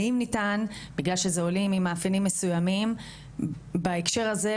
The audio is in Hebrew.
האם ניתן בגלל שאלו עולים עם מאפיינים מסוימים בהקשר הזה,